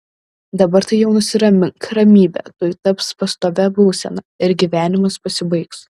dabar tai jau nusiramink ramybė tuoj taps pastovia būsena ir gyvenimas pasibaigs